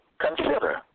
consider